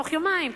תוך יומיים,